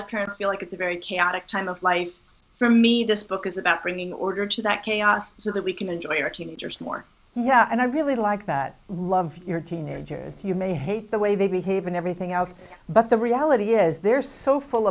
of parents feel like it's a very chaotic time of life for me this book is about bringing order to that chaos so that we can enjoy your teenagers more yeah and i really like that love your teenagers you may hate the way they behave and everything else but the reality is they're so full